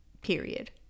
period